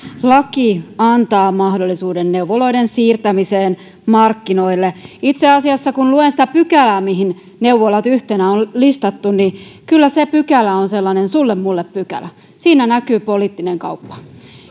laki antaa mahdollisuuden neuvoloiden siirtämiseen markkinoille itse asiassa kun luen sitä pykälää mihin neuvolat yhtenä on listattu kyllä se pykälä on sellainen sulle mulle pykälä siinä näkyy poliittinen kauppa